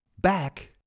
back